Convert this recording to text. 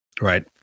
right